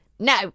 No